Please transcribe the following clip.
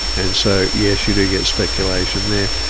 and so yes, you do get speculation there.